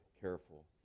careful